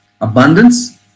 Abundance